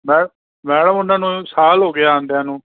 ma'am madam ਉਨ੍ਹਾਂ ਨੂੰ ਸਾਲ ਹੋ ਗਿਆ ਆਉਂਦਿਆਂ ਨੂੰ